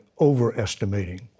overestimating